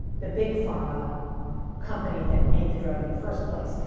the big pharma company that made the drug in the first place.